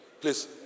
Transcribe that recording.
please